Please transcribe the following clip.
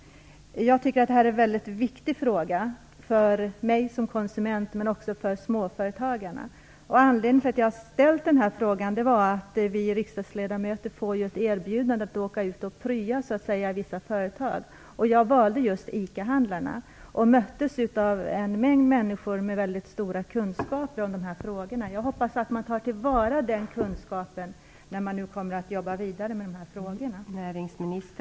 Jag tycker att det här är en väldigt viktig fråga, för mig som konsument men också för småföretagarna. Anledningen till att jag ställde frågan var att jag hade valt just ICA-handlarna när vi riksdagsledamöter fick erbjudande om att åka ut och prya i vissa företag. Jag möttes då av en mängd människor med väldigt stora kunskaper om de här frågorna. Jag hoppas att man tar till vara den kunskapen när man nu kommer att jobba vidare med detta.